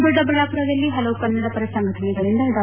ದೊಡ್ಡಬಳ್ಳಾಪುರದಲ್ಲಿ ಪಲವು ಕನ್ನಡಪರ ಸಂಘಟನೆಗಳಿಂದ ಡಾ